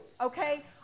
okay